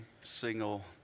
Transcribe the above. single